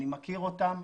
אני מכיר אותם,